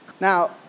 Now